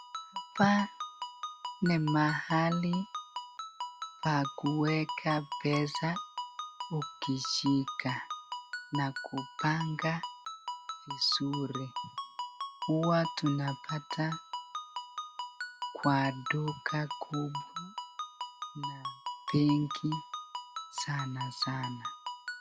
Hapa ni mahali pa kuweka pesa ukishika na kupanga vizuri. Huwa tunapata kwa duka kubwa na benki sana sana.